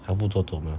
它不走走 mah